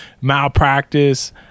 malpractice